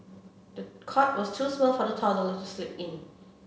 the cot was too small for the toddler to sleep in